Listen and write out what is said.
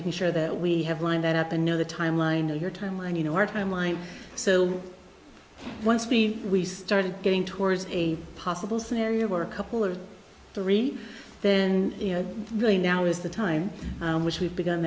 making sure that we have line that at the know the time line and your timeline you know our timeline so once we we started getting towards a possible scenario or a couple or three then you know really now is the time which we've beg